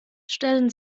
stellen